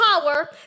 power